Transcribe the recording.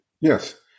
yes